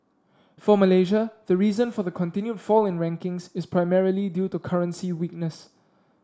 for Malaysia the reason for the continued fall in rankings is primarily due to currency weakness